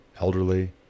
elderly